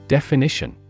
Definition